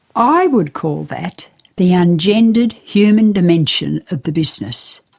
i would call that the ungendered, human dimension of the business.